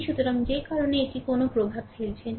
সুতরাং যে কারণে এটি কোনও প্রভাব ফেলছে না